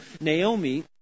Naomi